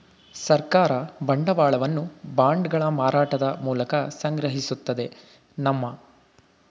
ಸರ್ಕಾರ ಬಂಡವಾಳವನ್ನು ಬಾಂಡ್ಗಳ ಮಾರಾಟದ ಮೂಲಕ ಸಂಗ್ರಹಿಸುತ್ತದೆ ನಮ್ಮ